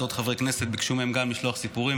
אז עוד חברי כנסת גם ביקשו מהם לשלוח סיפורים,